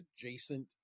adjacent